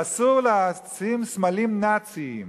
שאסור לשים סמלים נאציים,